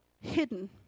hidden